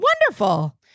Wonderful